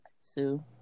Sue